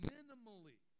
Minimally